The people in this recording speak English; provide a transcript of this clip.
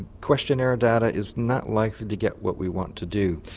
questionnaire data is not likely to get what we want to do.